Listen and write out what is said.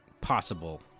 possible